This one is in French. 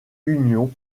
union